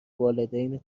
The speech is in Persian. والدین